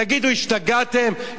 תגידו, השתגעתם?